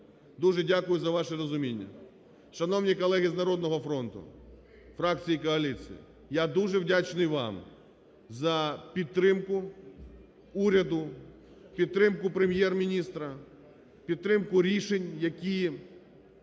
Дуже дякую за ваше розуміння. Шановні колеги з "Народного фронту", фракції коаліції, я дуже вдячний вам за підтримку уряду, підтримку Прем'єр-міністра, підтримку рішень, які